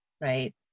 right